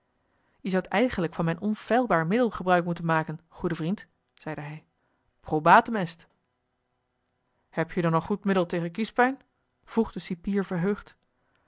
je zoudt eigenlijk van mijn onfeilbaar middel gebruik moeten maken goede vriend zeide hij probatum est heb-je dan een goed middel tegen kiespijn vroeg de cipier verheugd